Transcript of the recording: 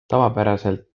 tavapäraselt